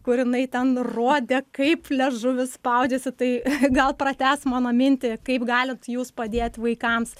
kur jinai ten rodė kaip liežuvis spaudžiasi tai gal pratęs mano mintį kaip galit jūs padėt vaikams